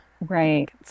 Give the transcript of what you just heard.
right